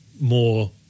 more